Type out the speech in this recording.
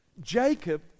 Jacob